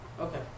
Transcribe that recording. Okay